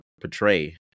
portray